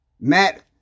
Matt